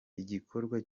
igikorwa